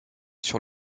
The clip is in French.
sur